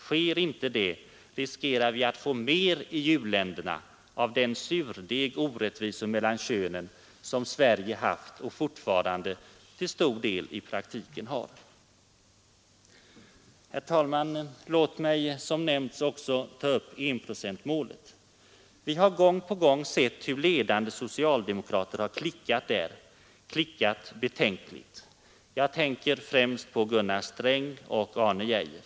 Sker inte det, riskerar vi att få mer i u-länderna av den surdeg orättvisor mellan könen som Sverige haft och fortfarande till stor del i praktiken har. Herr talman! Låt mig som nämnt också ta upp enprocentsmålet. Vi har gång på gång sett hur ledande socialdemokrater har klickat där, Nr 72 klickat betänkligt. Jag tänker främst på Gunnar Sträng och Arne Geijer.